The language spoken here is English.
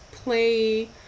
Play